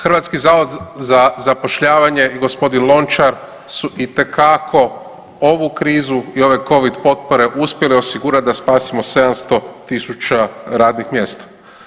Hrvatski zavod za zapošljavanje i gospodin Lončar su itekako ovu krizu i ovaj covid potpore uspjeli osigurati da spasimo 700 000 radnih mjesta.